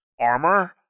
armor